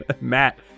Matt